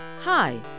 Hi